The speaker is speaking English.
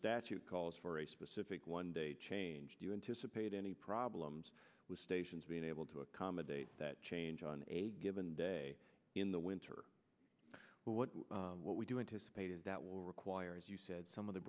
statute calls for a specific one day change do you anticipate any problems with stations being able to accommodate that change on a given day in the winter but what what we do anticipate and that will require as you said some of the